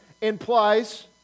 implies